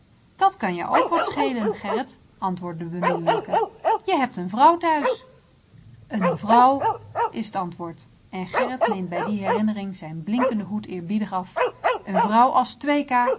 dat kan jou ook wat schelen gerrit antwoordt de beminnelijke je hebt een vrouw thuis een vrouw is t antwoord en gerrit neemt bij die herinnering zijn blinkende hoed eerbiedig af een vrouw as twee